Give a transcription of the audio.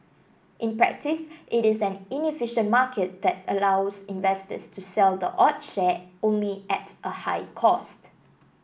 in practice it is an inefficient market that allows investors to sell the odd share only at a high cost